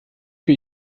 für